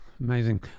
amazing